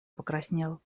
покраснел